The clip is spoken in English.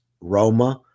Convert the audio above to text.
Roma